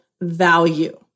value